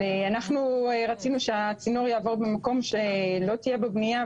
אבל אנחנו רצינו שהצינור יעבור במקום שלא תהיה בו בניה,